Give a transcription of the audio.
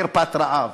חרפת רעב.